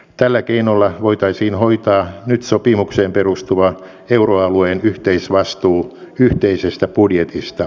tällä keinolla voitaisiin hoitaa nyt sopimukseen perustuva euroalueen yhteisvastuu yhteisestä budjetista